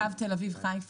מה המצב בקו תל אביב חיפה?